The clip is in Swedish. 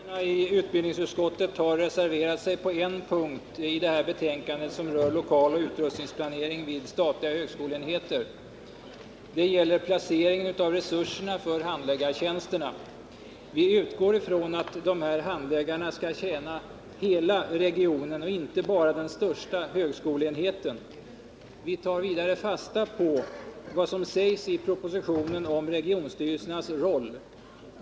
Herr talman! Socialdemokraterna i utbildningsutskottet har reserverat sig på en punkt i betänkandet om lokaloch utrustningsplaneringen vid statliga högskoleenheter. Det gäller placeringen av resurserna för handläggartjänsterna. Vi utgår ifrån att dessa handläggare skall tjäna hela regionen och inte bara den största högskoleenheten. Vi tar vidare fasta på vad som sägs i propositionen om regionstyrelsernas roll.